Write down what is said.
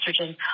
estrogen